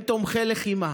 הם תומכי לחימה.